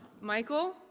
Michael